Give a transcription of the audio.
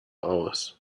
aus